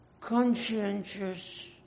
conscientious